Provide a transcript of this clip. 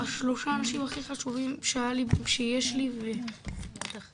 שלושה האנשים הכי חשובים שיש לי בחיים,